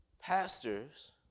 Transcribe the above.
pastors